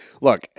Look